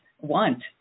want